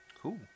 Cool